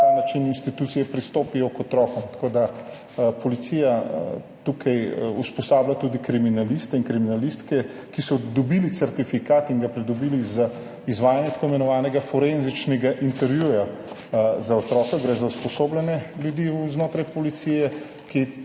način institucije pristopijo k otrokom. Policija tukaj usposablja tudi kriminaliste in kriminalistke, ki so dobili certifikat in ga pridobili za izvajanje tako imenovanega forenzičnega intervjuja z otrokom. Gre za usposobljene ljudi znotraj policije, ki